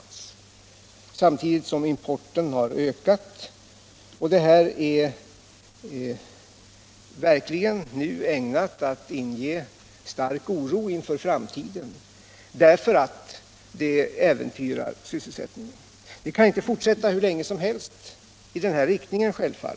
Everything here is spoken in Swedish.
Samtidigt har importen ökat. Detta är verkligen ägnat att inge stark oro inför framtiden, eftersom det äventyrar sysselsättningen. Vi kan självfallet inte fortsätta hur långt som helst i denna riktning.